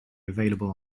available